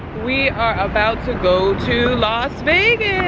we are about to go to las vegas.